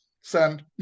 Send